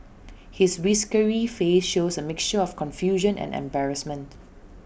his whiskery face shows A mixture of confusion and embarrassment